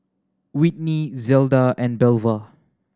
Whitney Zelda and Belva